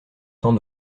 temps